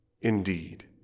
indeed